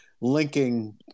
linking